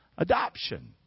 Adoption